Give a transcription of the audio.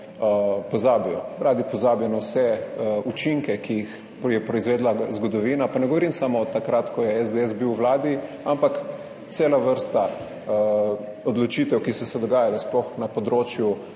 pozabijo. Radi pozabijo na vse učinke, ki jih je proizvedla zgodovina, pa ne govorim samo takrat, ko je SDS bil v vladi, ampak cela vrsta odločitev, ki so se dogajale sploh na področju